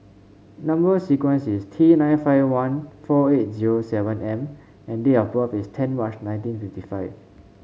number sequence is T nine five one four eight zero seven M and date of birth is ten March nineteen fifty five